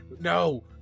No